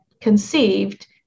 conceived